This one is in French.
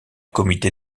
comité